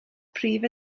prif